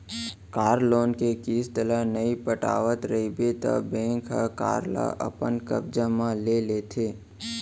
car loan के किस्त ल नइ पटावत रइबे त बेंक हर कार ल अपन कब्जा म ले लेथे